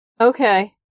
Okay